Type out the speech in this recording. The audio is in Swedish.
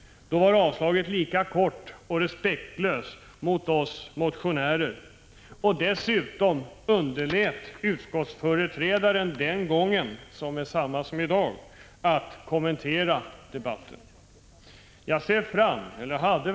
Då var avslagsyrkandet lika kort och respektlöst mot oss motionärer. Dessutom underlät utskottsföreträdaren den gången — densamma som i dag — att kommentera utskottets ställningstagande.